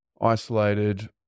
isolated